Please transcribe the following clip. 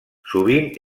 sovint